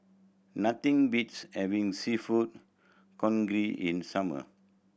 nothing beats having Seafood Congee in summer